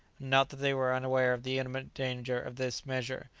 not that they were unaware of the imminent danger of this measure,